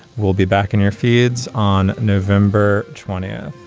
we'll be back in your feeds on november twentieth.